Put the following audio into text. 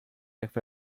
etwa